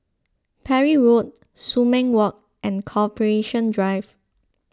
Parry Road Sumang Walk and Corporation Drive